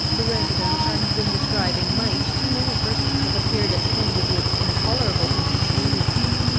the residence i have been describing might to many persons have appeared attended with intolerable inconveniences.